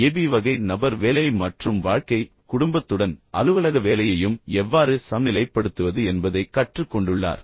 AB வகை நபர் வேலை மற்றும் வாழ்க்கை குடும்பத்துடன் அலுவலக வேலையையும் எவ்வாறு சமநிலைப்படுத்துவது என்பதைக் கற்றுக் கொண்டுள்ளார்